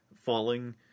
falling